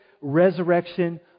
resurrection